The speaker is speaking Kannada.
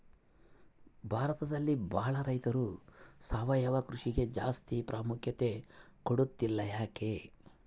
ಭಾರತದಲ್ಲಿ ಬಹಳ ರೈತರು ಸಾವಯವ ಕೃಷಿಗೆ ಜಾಸ್ತಿ ಪ್ರಾಮುಖ್ಯತೆ ಕೊಡ್ತಿಲ್ಲ ಯಾಕೆ?